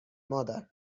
مادر